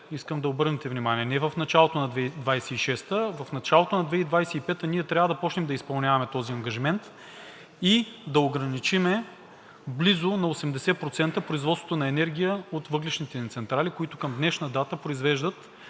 искам да обърнете внимание – не в началото на 2026-а, а в началото на 2025-а, ние трябва да започнем да изпълняваме този ангажимент и да ограничим близо на 80% производството на енергия от въглищните ни централи, които към днешна дата произвеждат